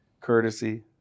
courtesy